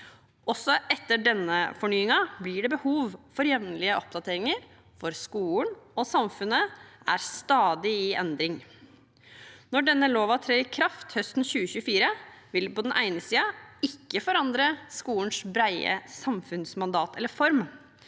Også etter denne fornyingen blir det behov for jevnlige oppdateringer, for skolen og samfunnet er stadig i endring. Når loven trer i kraft høsten 2024, vil det på den ene siden ikke forandre skolens brede samfunnsmandat eller form.